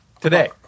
Today